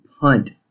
punt